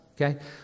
okay